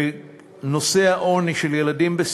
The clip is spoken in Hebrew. בעוני של ילדים,